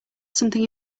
something